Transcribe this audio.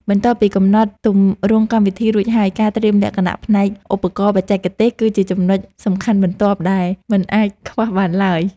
បន្ទាប់ពីកំណត់ទម្រង់កម្មវិធីរួចហើយការត្រៀមលក្ខណៈផ្នែកឧបករណ៍បច្ចេកទេសគឺជាចំណុចសំខាន់បន្ទាប់ដែលមិនអាចខ្វះបានឡើយ។